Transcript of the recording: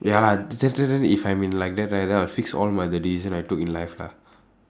ah just tell them if I am in like that right then I will fix all my decision I took in life lah